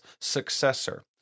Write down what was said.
successor